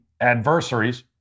adversaries